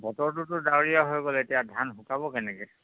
বতৰটোতো ডাৱৰীয়া হৈ গ'লে এতিয়া ধান শুকাব কেনেকে